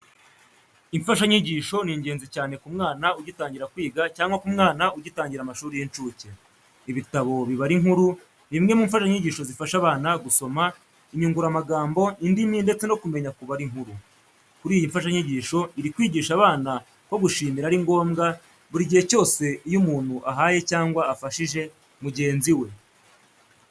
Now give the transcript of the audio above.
Imfashanyigisho ni ingenzi cyane ku mwana ugitangira kwiga cyangwa ku mwana ugitangira amashuri y'inshuke. Ibitabo bibara inkuru ni bimwe mu mfashanyigisho zifasha abana gusoma, inyunguramagambo, indimi ndetse no kumenya kubara inkuru. Kuri iyi mfashanyigisho iri kwigisha abana ko gushimira ari ngombwa buri gihe cyose iyo umuntu ahaye cyangwa afashije mugenzi we.